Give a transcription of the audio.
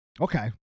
Okay